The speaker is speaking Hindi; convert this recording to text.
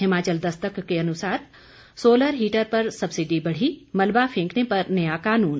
हिमाचल दस्तक के अनुसार सोलर हीटर पर सब्सिडी बढ़ी मलबा फेंकने पर नया कानून